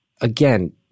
again